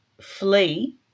flee